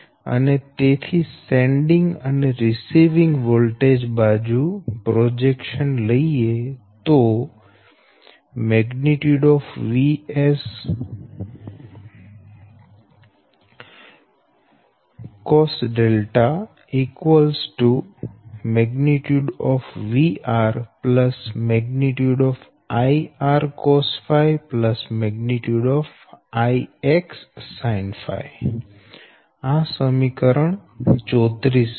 અને તેથી સેન્ડીંગ અને રિસીવીંગ વોલ્ટેજ બાજુ પ્રોજેક્શન લઈએ તો |Vs|cosδ |VR| I R cosɸ I X sinɸ આ સમીકરણ 34 છે